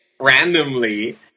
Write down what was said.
randomly